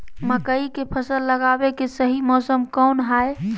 मकई के फसल लगावे के सही मौसम कौन हाय?